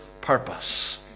purpose